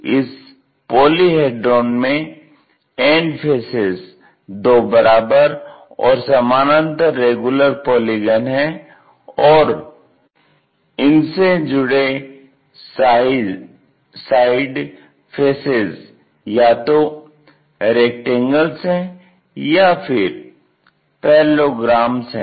इस पॉलीहेडरोन में end faces दो बराबर और समानांतर रेगुलर पॉलीगन है और इनसे जुड़े साइड फेसेज़ या तो रेक्टेंगल्स हैं या फिर पैरालोग्रामस हैं